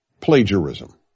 Plagiarism